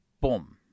boom